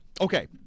Okay